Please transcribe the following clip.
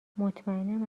مطمئنم